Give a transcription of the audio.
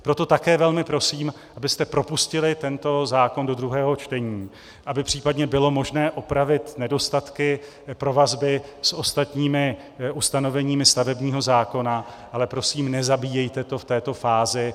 Proto také velmi prosím, abyste propustili tento zákon do druhého čtení, aby případně bylo možné opravit nedostatky a vazby s ostatními ustanoveními stavebního zákona, ale prosím, nezabíjejte to v této fázi.